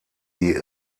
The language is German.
die